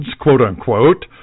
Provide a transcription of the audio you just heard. quote-unquote